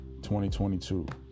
2022